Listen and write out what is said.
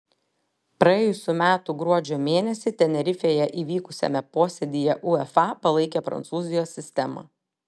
praėjusių metų gruodžio mėnesį tenerifėje įvykusiame posėdyje uefa palaikė prancūzijos sistemą